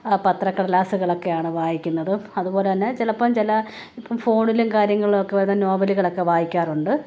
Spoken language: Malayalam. പത്ര കടലാസുകളൊക്കെ ആണ് വായിക്കുന്നത് അതുപോലെതന്നെ ചിലപ്പോള് ചില ഇപ്പോള് ഫോണിലും കാര്യങ്ങളിലും ഒക്കെവരുന്ന നോവലുകളൊക്കെ വായിക്കാറുണ്ട്